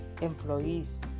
employees